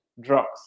drugs